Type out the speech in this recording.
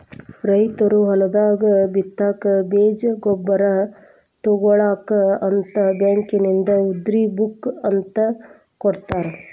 ರೈತರು ಹೊಲದಾಗ ಬಿತ್ತಾಕ ಬೇಜ ಗೊಬ್ಬರ ತುಗೋಳಾಕ ಅಂತ ಬ್ಯಾಂಕಿನಿಂದ ಉದ್ರಿ ಬುಕ್ ಅಂತ ಕೊಡತಾರ